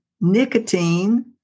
nicotine